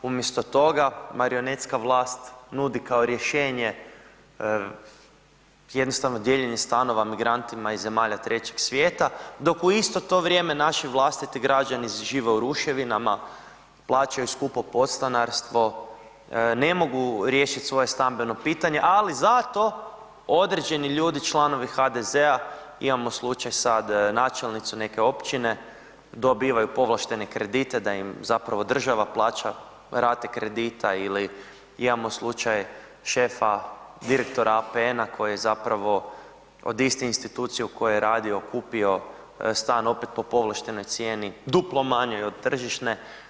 Umjesto toga marionetska vlast nudi kao rješenje jednostavno dijeljenje stanova migrantima iz zemalja 3 svijeta dok u isto to vrijeme naši vlastiti građani žive u ruševinama, plaćaju skupo podstanarstvo, ne mogu riješiti svoje stambeno pitanje ali zato određeni ljudi članovi HDZ-a, imamo slučaj sad načelnicu neke općine, dobivaju povlaštene kredite da im zapravo država plaća rate kredita ili imamo slučaj šefa direktora APN-a koji je zapravo od iste institucije u kojoj je radio kupio stan opet po povlaštenoj cijeni, duplo manjoj od tržišne.